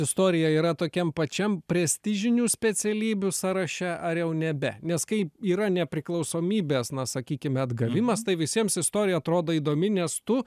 istorija yra tokiam pačiam prestižinių specialybių sąraše ar jau nebe nes kai yra nepriklausomybės na sakykim atgavimas tai visiems istorija atrodo įdomi nes tu